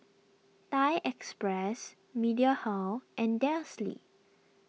Thai Express Mediheal and Delsey